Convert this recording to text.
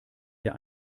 der